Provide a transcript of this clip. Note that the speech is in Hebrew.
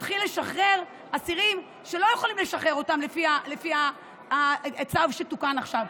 תתחיל לשחרר אסירים שלא יכולים לשחרר אותם לפי הצו שתוקן עכשיו.